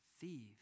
thieves